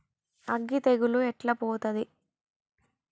అగ్గి తెగులు ఎట్లా పోతది?